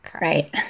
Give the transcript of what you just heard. Right